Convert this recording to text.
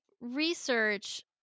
research